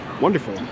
Wonderful